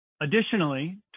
Additionally